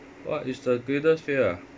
what is the greatest fear ah